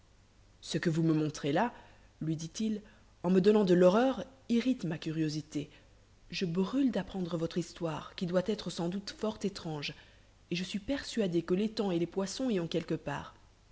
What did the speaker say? ce que vous me montrez là lui dit-il en me donnant de l'horreur irrite ma curiosité je brûle d'apprendre votre histoire qui doit être sans doute fort étrange et je suis persuadé que l'étang et les poissons y ont quelque part